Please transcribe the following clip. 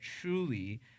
truly